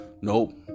Nope